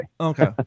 Okay